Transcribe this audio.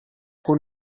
who